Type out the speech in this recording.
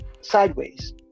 sideways